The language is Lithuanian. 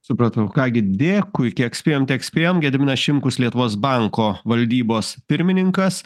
supratau ką gi dėkui kiek spėjom tiek spėjom gediminas šimkus lietuvos banko valdybos pirmininkas